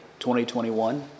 2021